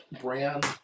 brand